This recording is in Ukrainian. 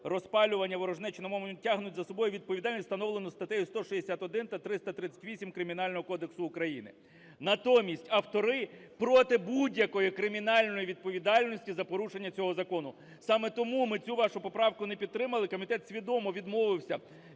розпалювання ворожнечі на мовному ґрунті тягнуть за собою відповідальність, встановлену статтею 161 та 338 Кримінального кодексу України". Натомість автори проти будь-якої кримінальної відповідальності за порушення цього закону. Саме тому ми цю вашу поправку не підтримали, комітет свідомо відмовився